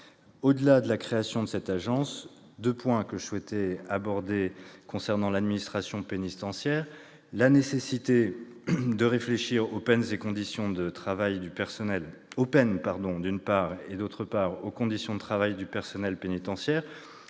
Au-delà de la création de cette agence, je souhaite aborder deux points concernant l'administration pénitentiaire : la nécessité de réfléchir aux peines et aux conditions de travail du personnel pénitentiaire.